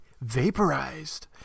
vaporized